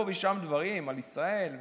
ידענו פה ושם דברים על ישראל.